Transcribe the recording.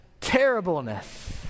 terribleness